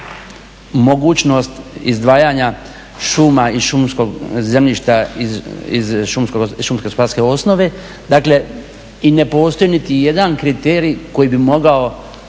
i šumskog zemljišta iz šumsko-gospodarske osnove. Dakle i ne postoji niti jedan kriterij koji bi mogao